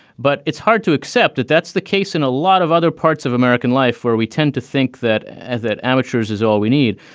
but it's hard to accept that that's the case in a lot of other parts of american life where we tend to think that as that amateurs is all we need.